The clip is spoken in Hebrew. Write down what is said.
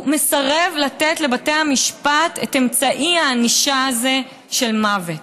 הוא מסרב לתת לבתי המשפט את אמצעי הענישה הזה של מוות.